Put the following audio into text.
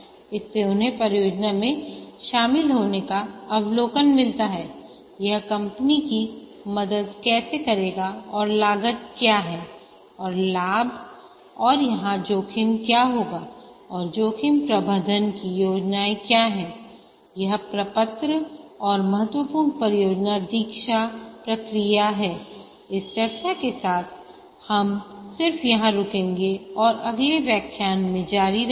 इससे उन्हें परियोजना में शामिल होने का अवलोकन मिलता है यह कंपनी की मदद कैसे करेगा और लागत क्या है और लाभ और यहां जोखिम क्या होगा और जोखिम प्रबंधन की योजनाएं क्या हैं यह प्रपत्र और महत्वपूर्ण परियोजना दीक्षा प्रक्रिया हैइस चर्चा के साथ हम सिर्फ यहाँ रुकेंगे और अगले व्याख्यान में जारी रहेंगे